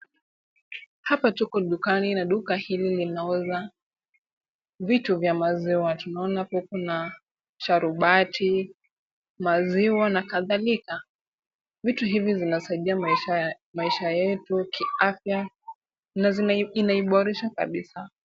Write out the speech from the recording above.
Hapa tuko dukani na duka hili linauza vitu vya maziwa. Tunaona hapo kuna sharubati, maziwa na kadhalika. Vitu hivi zinasaidia maisha yetu kiafya na inaiborisha kabisa.